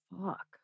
fuck